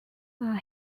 are